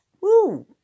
Woo